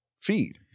feed